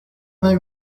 vingt